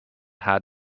had